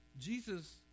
Jesus